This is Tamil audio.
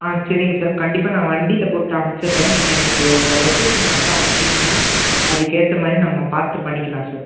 ஆ சரிங்க சார் கண்டிப்பாக நான் வண்டியில் போட்டு அனுபுச்சிட்றேன் நீங்கள் எனக்கு உங்கள் லொக்கேஷன் மட்டும் அனுச்சிங்கன்னா அதுக்கேற்ற மாதிரி நம்ம பார்த்து பண்ணிக்கலாம் சார்